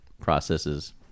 processes